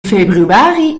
februari